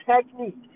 technique